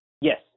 Yes